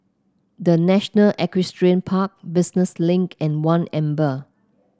The National Equestrian Park Business Link and One Amber